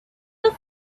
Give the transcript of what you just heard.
the